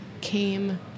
came